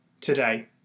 today